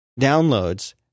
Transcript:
downloads